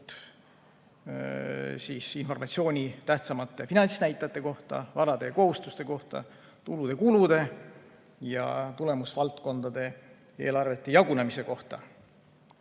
informatsiooni tähtsamate finantsnäitajate kohta, varade ja kohustuste kohta, tulude-kulude ja tulemusvaldkondade eelarvete jagunemise kohta.